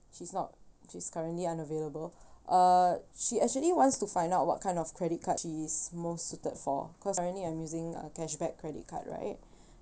she's not she's currently unavailable uh she actually wants to find out what kind of credit card she is most suited for cause currently I'm using a cashback credit card right